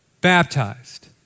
baptized